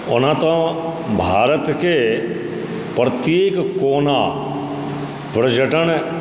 ओना तऽ भारतके प्रत्येक कोना पर्यटन